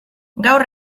gaur